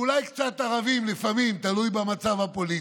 ואולי קצת ערבים לפעמים, תלוי במצב הפוליטי.